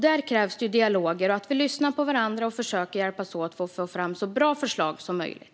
Där krävs det dialoger och att vi lyssnar på varandra och försöker hjälpas åt för att få fram så bra förslag som möjligt.